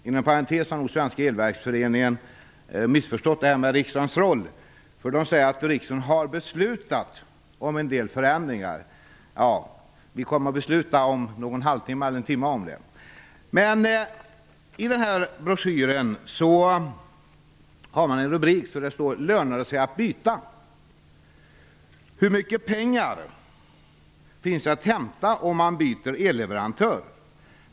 Inom parentes har nog Svenska Elverksföreningen missförstått riksdagens roll, eftersom man påstår att riksdagen har beslutat om en del förändringar. Vi kommer att besluta om någon halvtimma eller timma om detta. I broschyren finns en rubrik som lyder "Lönar det sig att byta?" Under den kan man läsa följande: "Hur mycket pengar finns det att hämta om man byter elleverantör?